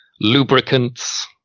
lubricants